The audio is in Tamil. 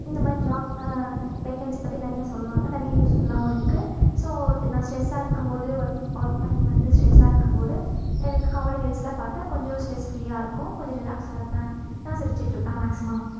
இந்தமாதிரி ஜாப் வேகென்ஸி பற்றி நறையா சொல்வாங்க நறையா யூஸ்ஃபுல்லாகவும் இருக்கு ஸோ நான் ஸ்ட்ரெஸ்ஸாக இருக்கும் போது வொர்க் வொர்க் பண்ணி வந்து ஸ்ட்ரெஸ்ஸாக இருக்கும் போது எனக்கு காமெடி ரீல்ஸ்லாம் பார்த்தா கொஞ்சம் ஸ்ட்ரெஸ் ஃப்ரீயாக இருக்கும் கொஞ்சம் ரிலாக்ஸாக இருப்பேன் நான் சிரிச்சுட்டு இருப்பேன் மேக்ஸிமம்